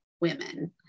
women